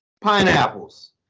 Pineapples